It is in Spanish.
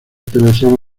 teleserie